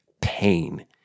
pain